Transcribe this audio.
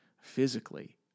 physically